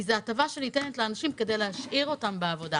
זאת הטבה שניתנת לאנשים כדי להשאיר אותם בעבודה.